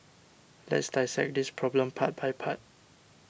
let's dissect this problem part by part